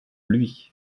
lui